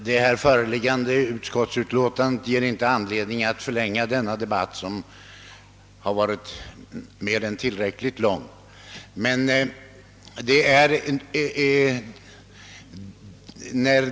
Herr talman! Förevarande utskottsutlåtande ger mig inte anledning att förlänga denna debatt, som har varit mer än tillräckligt lång redan.